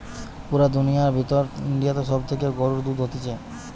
পুরা দুনিয়ার ভিতর ইন্ডিয়াতে সব থেকে গরুর দুধ হতিছে